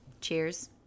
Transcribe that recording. Cheers